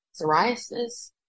psoriasis